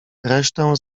resztę